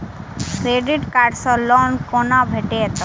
Credit card सँ loan कोना भेटत?